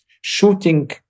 shooting